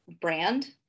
brand